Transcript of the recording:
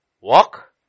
Walk